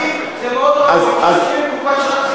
זה דמוקרטי שאנשים עם קופת שרצים לא יהיו חברי כנסת.